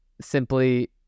simply